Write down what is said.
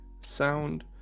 sound